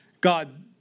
God